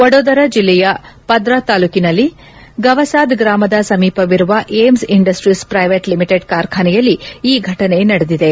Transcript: ವಡೋದರಾ ಜಿಲ್ಲೆಯ ಪದ್ರಾ ತಾಲೂಕಿನಲ್ಲಿ ಗವಸಾದ್ ಗ್ರಾಮದ ಸಮೀಪವಿರುವ ಏಮ್ ಇಂಡಸ್ಲೀಸ್ ಪ್ರೈವೆಟ್ ಲಿಮಿಟೆಡ್ ಕಾರ್ಖಾನೆಯಲ್ಲಿ ಈ ಘಟನೆ ನಡೆದಿದೆ